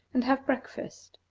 and have breakfast.